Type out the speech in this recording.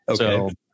okay